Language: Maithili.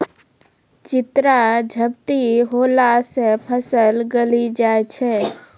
चित्रा झपटी होला से फसल गली जाय छै?